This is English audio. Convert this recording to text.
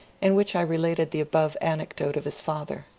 in which i related the above anecdote of his father.